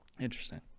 Interesting